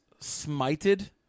smited